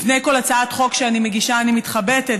לפני כל הצעת חוק שאני מגישה אני מתחבטת,